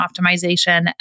optimization